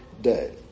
day